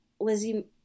Lizzie